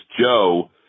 Joe